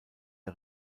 der